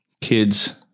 Kids